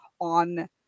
on